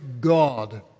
God